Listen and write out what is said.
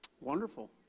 Wonderful